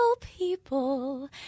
people